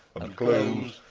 and close,